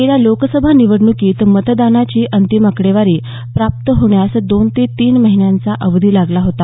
गेल्या लोकसभा निवडणुकीत मतदानाची अंतिम आकडेवारी प्राप्त होण्यास दोन ते तीन महिन्यांचा अवधी लागला होता